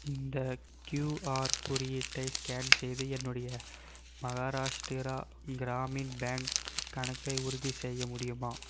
இந்த கியூஆர் குறியீட்டை ஸ்கேன் செய்து என்னுடைய மஹாராஷ்டிரா கிராமின் பேங்க் கணக்கை உறுதிசெய்ய முடியுமா